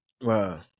Wow